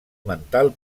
mental